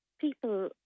people